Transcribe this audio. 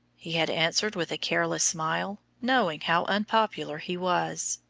he had answered with a careless smile, knowing how unpopular he was.